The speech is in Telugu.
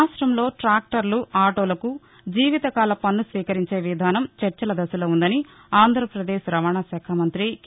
రాష్ట్రంలో ట్రాక్టర్లు ఆటోలకు జీవితకాల పన్ను స్వీకరించే విధానం చర్చల దశలో ఉందని ఆంధ్రప్రదేశ్ రవాణా శాఖ మంత్రి కె